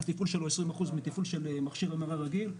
התפעול שלו 20% מתפעול של מכשיר MRI רגיל.